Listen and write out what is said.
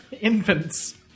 Infants